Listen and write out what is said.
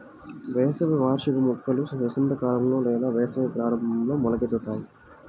వేసవి వార్షిక మొక్కలు వసంతకాలంలో లేదా వేసవి ప్రారంభంలో మొలకెత్తుతాయి